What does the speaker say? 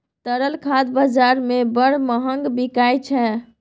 तरल खाद बजार मे बड़ महग बिकाय छै